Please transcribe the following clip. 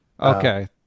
Okay